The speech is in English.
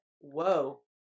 Whoa